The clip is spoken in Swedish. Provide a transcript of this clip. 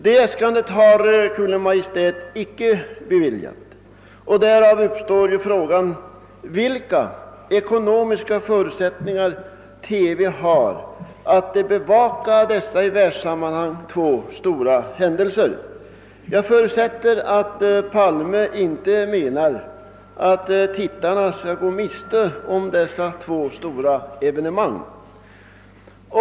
Detta anslagsäskande har Kungl. Maj:t icke biträtt, och då uppstår frågan: Vilka ekonomiska förutsättningar har TV att bevaka dessa två i världssammanhang stora händelser? Jag förutsätter att herr Palme inte menar att tittarna skall gå miste om dessa båda stora evenemang.